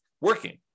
working